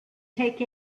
take